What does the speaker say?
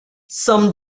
some